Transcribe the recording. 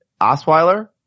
Osweiler